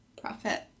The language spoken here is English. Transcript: Profit